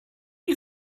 you